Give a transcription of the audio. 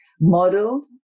modeled